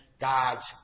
God's